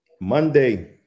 Monday